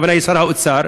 הכוונה היא שר האוצר,